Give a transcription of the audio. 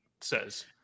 says